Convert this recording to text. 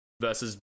versus